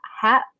Hat